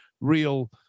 real